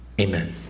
Amen